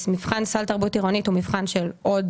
מבחן סל תרבות עירונית הוא מבחן של עוד